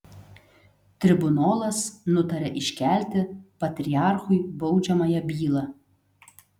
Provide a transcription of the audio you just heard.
tribunolas nutaria iškelti patriarchui baudžiamąją bylą